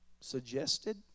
suggested